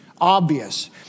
obvious